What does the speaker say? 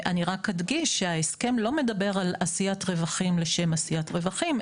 אני רק אדגיש שההסכם לא מדבר על עשיית רווחים לשם עשיית רווחים,